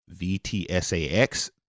VTSAX